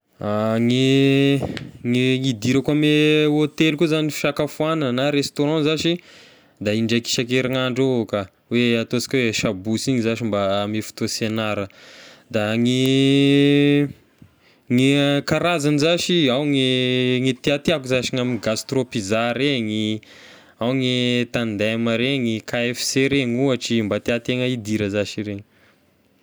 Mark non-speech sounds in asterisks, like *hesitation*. *hesitation* Gne gne hidirako ame hotely koa zagny fisakafoagnana na restaurant zashy da in-draika isan-kerinandro eo eo ka, hoe ataonsika hoe sabosy igny zashy mba ame fotoa sy hiagnara da gne *hesitation* gne a- karazagny zashy ao gne tiatiako zashy ny ame Gastro pizza regny, ao ny Tend'm regny, KFC regny ohatry mba tia tegna hidira zashy iregny.